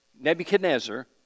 Nebuchadnezzar